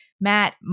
Matt